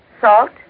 salt